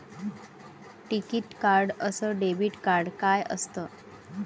टिकीत कार्ड अस debit card काय असत?